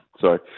sorry